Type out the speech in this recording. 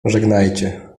żegnajcie